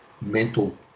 mental